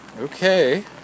Okay